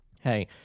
hey